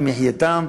למחייתם,